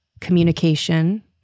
communication